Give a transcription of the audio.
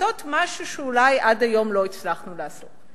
לעשות משהו שאולי עד היום לא הצלחנו לעשות.